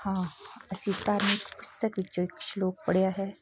ਹਾਂ ਅਸੀਂ ਧਾਰਮਿਕ ਪੁਸਤਕ ਵਿੱਚੋਂ ਇੱਕ ਸਲੋਕ ਪੜ੍ਹਿਆ ਹੈ